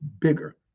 bigger